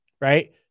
right